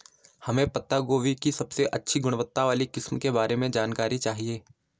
हमें पत्ता गोभी की सबसे अच्छी गुणवत्ता वाली किस्म के बारे में जानकारी चाहिए?